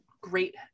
great